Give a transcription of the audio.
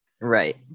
Right